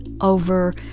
over